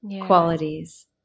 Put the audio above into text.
qualities